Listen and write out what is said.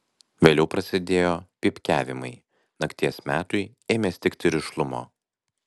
vėliau prasidėjo pypkiavimai nakties metui ėmė stigti rišlumo